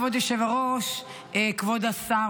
כבוד יושב הראש, כבוד השר